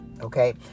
okay